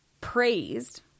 praised –